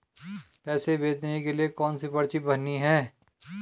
पैसे भेजने के लिए कौनसी पर्ची भरनी है?